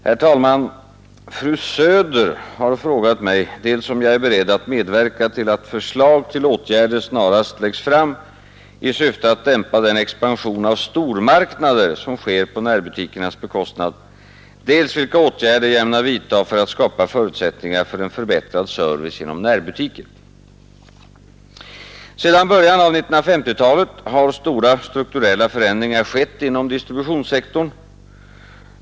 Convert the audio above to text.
Herr talman! Fru Söder har frågat mig dels om jag är beredd att medverka till att förslag till åtgärder snarast framläggs i syfte att dämpa den expansion av stormarknader som sker på närbutikernas bekostnad, dels vilka åtgärder jag ämnar vidta för att skapa förutsättningar för en förbättrad service genom närbutiker. Sedan början av 1950-talet har stora strukturella förändringar skett inom distributionssektorn.